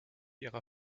ihrer